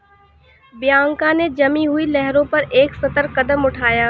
Bianca ने जमी हुई लहरों पर एक सतर्क कदम उठाया